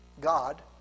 God